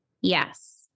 Yes